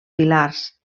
pilars